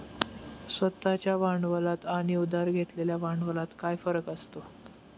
स्वतः च्या भांडवलात आणि उधार घेतलेल्या भांडवलात काय फरक असतो?